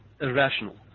irrational